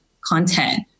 content